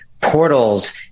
portals